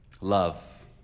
love